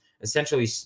essentially